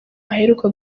aheruka